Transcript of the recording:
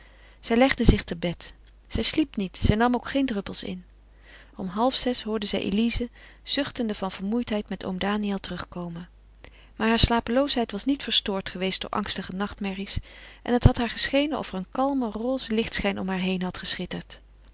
zij legde zich te bed zij sliep niet zij nam ook geen druppels in om halfzes hoorde zij elize zuchtend van vermoeidheid met oom daniël terugkomen maar heur slapeloosheid was niet verstoord geweest door angstige nachtmerries en het had haar geschenen of er een kalme roze lichtschijn om haar heen had geschitterd